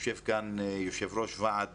יושב כאן יושב-ראש ועד